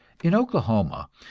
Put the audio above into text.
in oklahoma,